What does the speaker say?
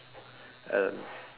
and